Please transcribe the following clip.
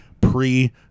pre